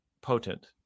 potent